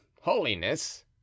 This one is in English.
holiness